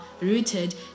rooted